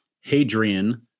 Hadrian